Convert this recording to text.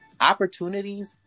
opportunities